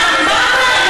מה הבעיה?